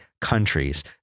countries